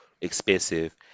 expensive